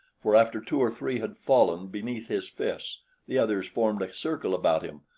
for after two or three had fallen beneath his fists the others formed a circle about him,